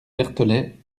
bertholet